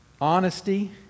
Honesty